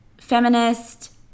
feminist